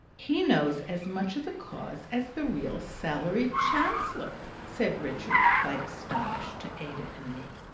he knows as much of the cause as the real salaried chancellor! said richard, quite astonished, to ada and me.